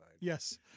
Yes